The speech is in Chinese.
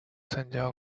参加